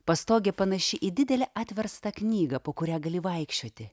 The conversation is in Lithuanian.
pastogė panaši į didelę atverstą knygą po kurią gali vaikščioti